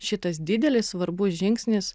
šitas didelis svarbus žingsnis